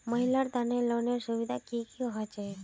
महिलार तने लोनेर सुविधा की की होचे?